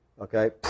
okay